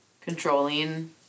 controlling